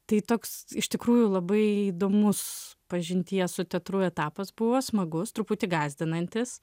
tai toks iš tikrųjų labai įdomus pažinties su teatru etapas buvo smagus truputį gąsdinantis